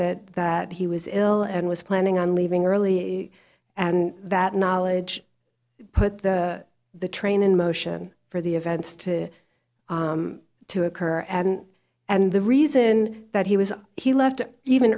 that that he was ill and was planning on leaving early and that knowledge put the train in motion for the events to to occur and the reason that he was he left even